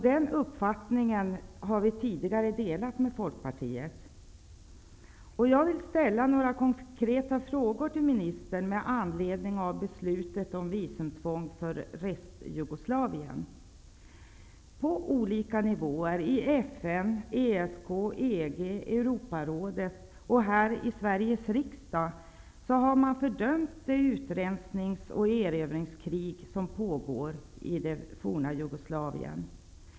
Den uppfattningen har vi tidigare delat med Folkpartiet. FN, ESK, EG, Europarådet och här i Sveriges riksdag har man fördömt det utrensnings och erövringskrig som pågår i det forna Jugoslavien.